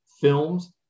films